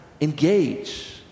engage